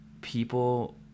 people